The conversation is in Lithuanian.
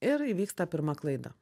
ir įvyksta pirma klaida